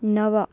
नव